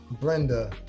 Brenda